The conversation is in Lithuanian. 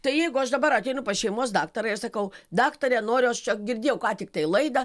tai jeigu aš dabar ateinu pas šeimos daktarą ir sakau daktare noriu aš čia girdėjau ką tiktai laidą